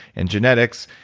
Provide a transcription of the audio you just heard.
and genetics,